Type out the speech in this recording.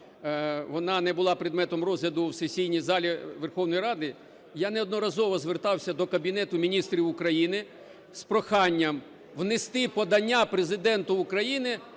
вона не була предметом розгляду в сесійній залі Верховної Ради, я неодноразово звертався до Кабінету Міністрів України з проханням внести подання Президенту України,